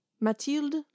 Mathilde